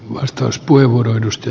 arvoisa puhemies